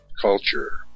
culture